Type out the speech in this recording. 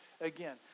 Again